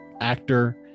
actor